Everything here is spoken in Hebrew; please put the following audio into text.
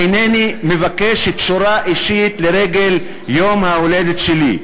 אינני מבקש תשורה אישית לרגל יום ההולדת שלי,